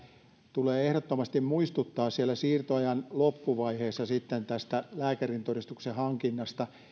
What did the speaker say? tulee ehdottomasti muistuttaa siellä siirtoajan loppuvaiheessa sitten tästä lääkärintodistuksen hankinnasta